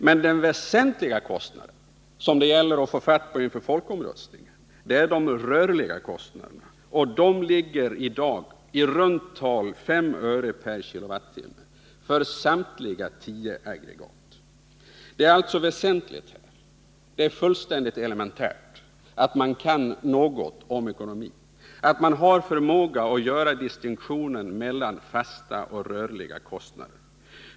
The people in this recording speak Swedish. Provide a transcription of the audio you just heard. Men den väsentliga kostnaden som det gäller att få fatt på inför folkomröstningen är de rörliga kostnaderna, och de ligger i dag i runt tal på 5 öre/kWh för samtliga tio aggregat. Det är alltså väsentligt och fullständigt elementärt att man kan något om ekonomi, att man har förmåga att göra distinktionen mellan fasta och rörliga kostnader.